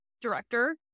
director